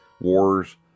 wars